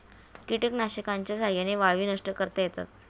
कीटकनाशकांच्या साह्याने वाळवी नष्ट करता येतात